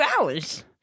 hours